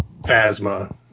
phasma